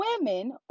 women